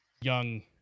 young